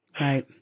Right